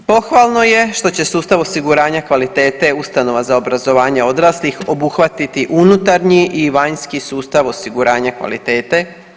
Pohvalno je što će sustav osiguranja kvalitete ustanova za obrazovanje odraslih obuhvatiti unutarnji i vanjski sustav osiguranja kvalitete.